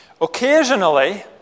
Occasionally